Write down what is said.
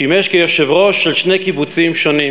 שימש כיושב-ראש של שני קיבוצים שונים